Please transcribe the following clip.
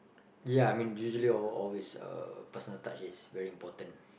ya I mean usually always always uh personal touch is very important